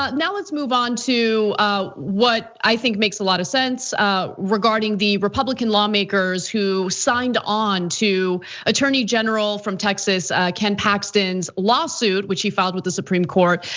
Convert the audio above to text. ah now let's move on to what i think makes a lot of sense regarding the republican lawmakers who signed on to attorney general from texas ken paxton lawsuit which he filed with the supreme court.